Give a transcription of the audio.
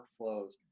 workflows